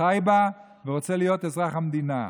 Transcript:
חי בה ורוצה להיות אזרח המדינה.